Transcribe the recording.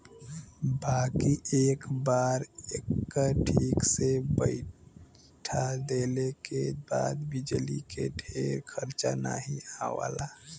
बाकी एक बार एके ठीक से बैइठा देले के बाद बिजली के ढेर खरचा नाही आवला